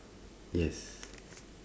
yes